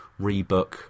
rebook